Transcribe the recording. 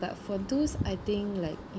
but for those I think like